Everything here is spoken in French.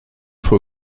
faut